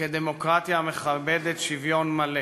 דמוקרטיה המכבדת שוויון מלא.